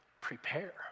Prepare